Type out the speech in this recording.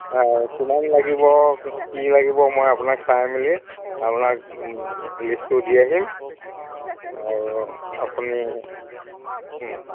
কিমান লাগিব কি লাগিব মই আপোনাক চাই মেলি আপোনাক লিষ্টটো দি আহিম আৰু আপুনি